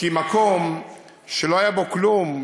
כי מקום שלא היה בו כלום,